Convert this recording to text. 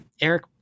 Eric